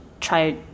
try